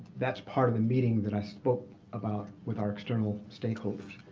that's part of the meeting that i spoke about with our external stakeholders.